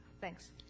Thanks